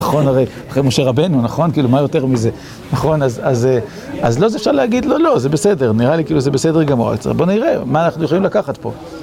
נכון הרי, אחרי משה רבנו, נכון? כאילו, מה יותר מזה? נכון, אז לא, זה אפשר להגיד, לא, לא, זה בסדר, נראה לי כאילו זה בסדר גמור. בוא נראה מה אנחנו יכולים לקחת פה.